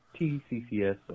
TCCS